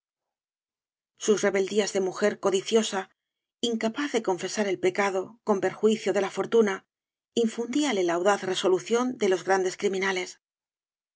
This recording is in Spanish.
sus rebeldías de mujer codiciosa incapaz de confesar el pecado con perjuicio de la fortuna infundíanle la audaz resolución de los grandes crimíuales